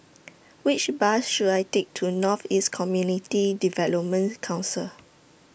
Which Bus should I Take to North East Community Development Council